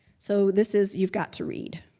so this is you've got to read.